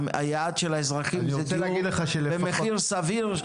היעד של האזרחים זה דיור במחיר סביר,